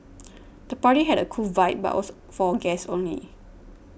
the party had a cool vibe but was for guests only